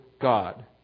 God